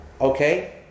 okay